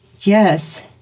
Yes